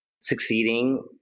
succeeding